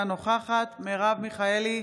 אינה נוכחת מרב מיכאלי,